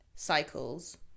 Cycles